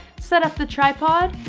set up the tripod,